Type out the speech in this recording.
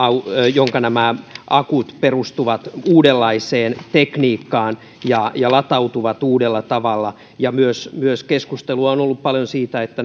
jonka akut perustuvat uudenlaiseen tekniikkaan ja ja latautuvat uudella tavalla ja keskustelua on ollut paljon myös siitä että